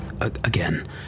again